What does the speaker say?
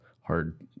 hard